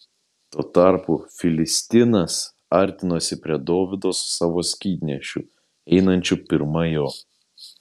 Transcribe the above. tuo tarpu filistinas artinosi prie dovydo su savo skydnešiu einančiu pirma jo